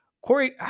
Corey